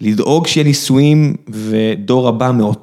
לדאוג שנישואים ודור הבא מאו...